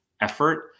effort